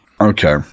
Okay